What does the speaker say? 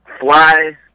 fly